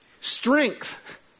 Strength